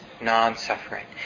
non-suffering